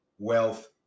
wealth